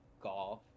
golf